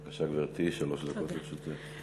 בבקשה, גברתי, שלוש דקות לרשותך.